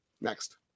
next